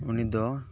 ᱩᱱᱤ ᱫᱚ